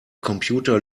computer